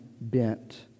bent